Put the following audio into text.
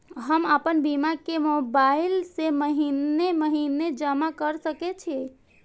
हम आपन बीमा के मोबाईल से महीने महीने जमा कर सके छिये?